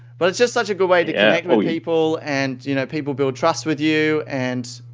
but it's just such a good way to yeah people. and you know people build trust with you and,